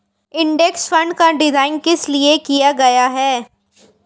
Index fund का design किस लिए किया गया है?